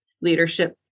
leadership